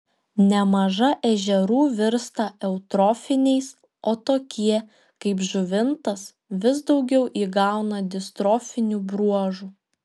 nemaža ežerų virsta eutrofiniais o tokie kaip žuvintas vis daugiau įgauna distrofinių bruožų